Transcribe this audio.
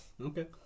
Okay